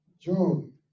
John